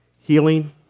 healing